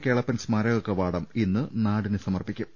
കേളപ്പൻ സ്മാരക കവാടം ഇന്ന് നാടിന് സമർപ്പിക്കും